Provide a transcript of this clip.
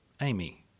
Amy